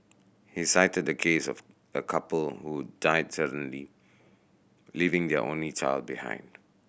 he cited a case of a couple who died suddenly leaving their only child behind